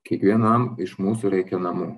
kiekvienam iš mūsų reikia namų